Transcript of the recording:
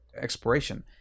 exploration